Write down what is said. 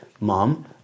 Mom